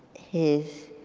his